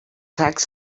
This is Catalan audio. sacs